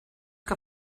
que